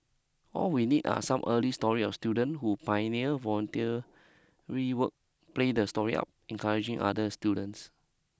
all we need are some early stories of student who pioneer voluntary work play the story up encourage other students